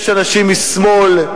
יש אנשים משמאל,